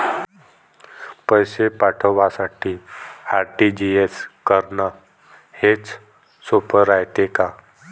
पैसे पाठवासाठी आर.टी.जी.एस करन हेच सोप रायते का?